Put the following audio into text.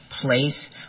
place